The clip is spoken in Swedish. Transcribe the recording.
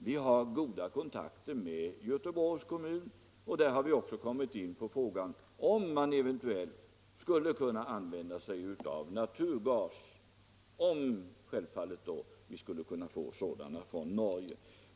Vi har goda kontakter med Göteborgs kommun, och vi har kommit in på frågan om man eventuellt skulle kunna använda sig av naturgas, ifall vi kan få sådan från Norge.